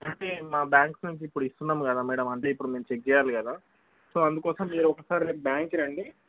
అంటే మా బ్యాంక్స్ నుంచి ఇప్పుడు ఇస్తున్నాం కదా మేడం అంటే ఇప్పుడు మేము చెక్ చేేయాలి కదా సో అందుకోసం మీరు ఒకసారి రేపు బ్యాంక్కి రండి